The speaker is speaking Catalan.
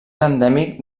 endèmic